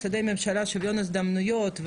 משרדי הממשלה שוויון הזדמנויות,